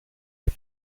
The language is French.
les